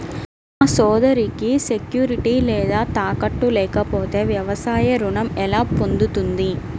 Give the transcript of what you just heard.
నా సోదరికి సెక్యూరిటీ లేదా తాకట్టు లేకపోతే వ్యవసాయ రుణం ఎలా పొందుతుంది?